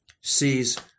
sees